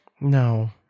No